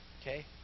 Okay